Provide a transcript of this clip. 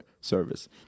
service